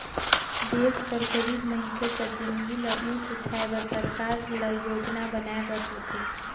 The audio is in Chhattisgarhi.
देस कर गरीब मइनसे कर जिनगी ल ऊंच उठाए बर सरकार ल योजना बनाए बर होथे